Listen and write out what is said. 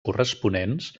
corresponents